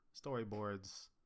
storyboards